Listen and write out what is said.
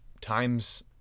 times